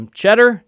cheddar